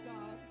God